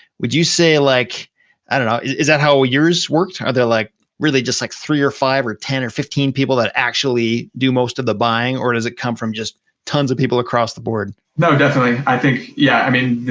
would you say, like i dunno, is that how yours worked? are there like really just like three or five or ten or fifteen people that actually do most of the buying? or does it come from just tons of people across the board? no, definitely, i think, yeah. i mean,